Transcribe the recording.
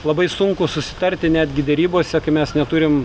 labai sunku susitarti netgi derybose kai mes neturim